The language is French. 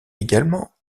également